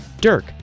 Dirk